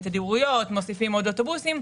תדירויות, מוסיפים עוד אוטובוסים.